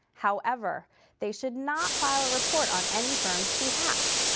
however, they should not file a report on any firm's behalf.